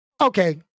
Okay